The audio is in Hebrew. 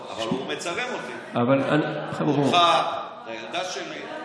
אבל הוא מצלם אותי, אותך, את הילדה שלי.